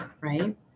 right